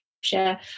share